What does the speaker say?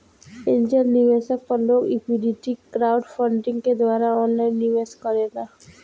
angel निवेशक पर लोग इक्विटी क्राउडफण्डिंग के द्वारा ऑनलाइन निवेश करेला